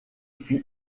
fut